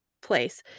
place